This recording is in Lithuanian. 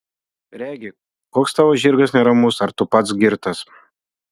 regi koks tavo žirgas neramus ar tu pats girtas